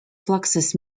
fluxus